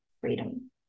freedom